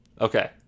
okay